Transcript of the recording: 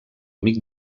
amic